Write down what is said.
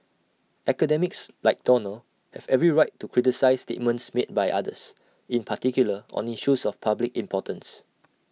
academics like Donald have every right to criticise statements made by others in particular on issues of public importance